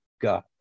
God